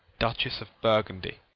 dutchess of burgundy.